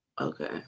Okay